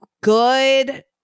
Good